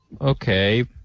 Okay